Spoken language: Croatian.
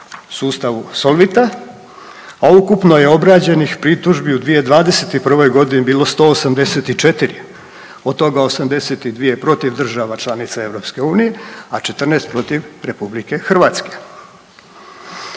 sustavu Solvita a ukupno je obrađenih pritužbi u 2021. godini 184 od toga 82 protiv država članica EU a 14 protiv RH.